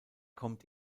kommt